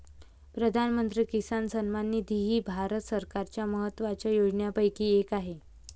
प्रधानमंत्री किसान सन्मान निधी ही भारत सरकारच्या महत्वाच्या योजनांपैकी एक आहे